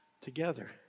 Together